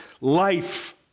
life